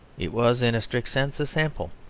it was in a strict sense a sample.